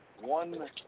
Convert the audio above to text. One